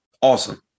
Awesome